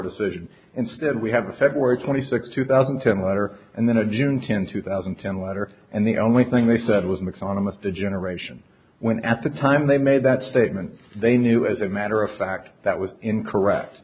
decision instead we have a february twenty sixth two thousand and ten letter and then a june tenth two thousand and ten letter and the only thing they said was mixed on almost a generation when at the time they made that statement they knew as a matter of fact that was incorrect